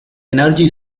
energy